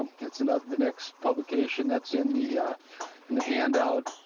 um it's and ah the next publication that's in the in the handout.